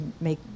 make